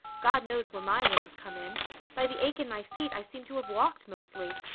god knows where my wings come in by the ache in my feet i seem to have walked, mostly.